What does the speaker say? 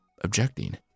objecting